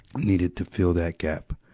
needed to fill that gap,